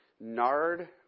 nard